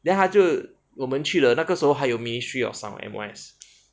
then 他就我们去了那个时候还有 ministry of sound M_O_S